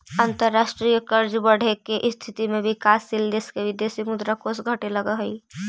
अंतरराष्ट्रीय कर्ज बढ़े के स्थिति में विकासशील देश के विदेशी मुद्रा कोष घटे लगऽ हई